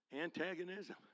antagonism